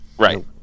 Right